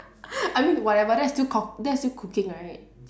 I mean whatever that's still cook that's still cooking right